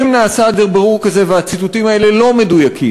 3. אם נעשה בירור כזה והציטוטים האלה לא מדויקים,